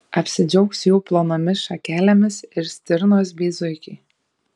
apsidžiaugs jų plonomis šakelėmis ir stirnos bei zuikiai